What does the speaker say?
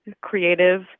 creative